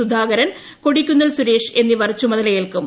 സുധാകരൻ കൊടിക്കുന്നിൽ സുരേഷ് എന്നിവർ ചുമതലയേൽക്കും